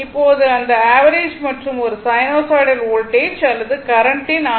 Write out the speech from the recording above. இப்போது இந்த ஆவரேஜ் மற்றும் ஒரு சைனூசாய்டல் வோல்டேஜ் அல்லது கரண்ட் ன் ஆர்